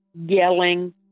yelling